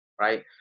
right